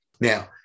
Now